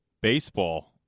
baseball